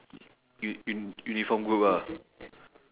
u~ u~ uniform group ah